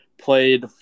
Played